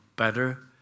better